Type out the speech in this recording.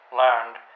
learned